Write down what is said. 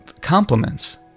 compliments